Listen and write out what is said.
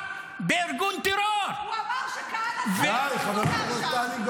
די כבר.